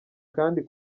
kandi